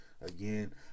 Again